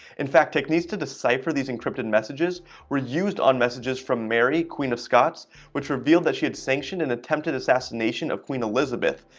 in fact tech needs to decipher these encrypted messages were used on messages from mary queen of scots which revealed that she had sanctioned an and attempted assassination of queen elizabeth,